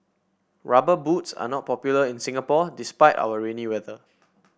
rubber boots are not popular in Singapore despite our rainy weather